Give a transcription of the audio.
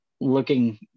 looking